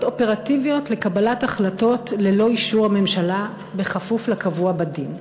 אופרטיביות לקבלת החלטות ללא אישור הממשלה בכפוף לקבוע בדין.